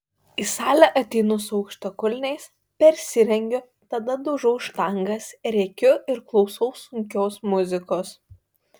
į salę ateinu su aukštakulniais persirengiu tada daužau štangas rėkiu ir klausau sunkios muzikos